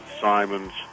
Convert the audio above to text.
Simons